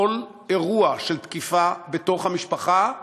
בכל אירוע של תקיפה בתוך המשפחה,